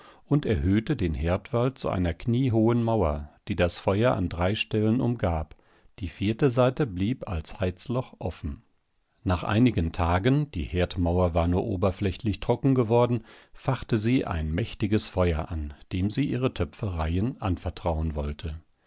und erhöhte den herdwall zu einer kniehohen mauer die das feuer an drei seiten umgab die vierte seite blieb als heizloch offen nach einigen tagen die herdmauer war nur oberflächlich trocken geworden fachte sie ein mächtiges feuer an dem sie ihre töpfereien anvertrauen wollte